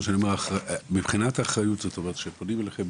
מבחינת אחריות כשפונים אליכם,